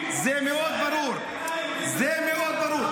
תשמעו, תשמעו, תשמעו.